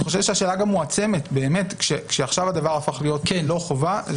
השאלה גם מועצמת באמת עכשיו כשהדבר הפך להיות לא חובה.